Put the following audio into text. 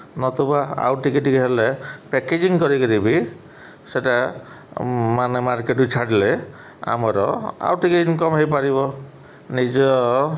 ନତୁବା ଆଉ ଟିକିଏ ଟିକିଏ ହେଲେ ପ୍ୟାକେଜିଂ କରିକିରି ବି ସେଇଟା ମାନେ ମାର୍କେଟ୍କୁ ଛାଡ଼ିଲେ ଆମର ଆଉ ଟିକିଏ ଇନ୍କମ୍ ହୋଇପାରିବ ନିଜ